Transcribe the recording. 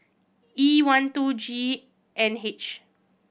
E one two G N H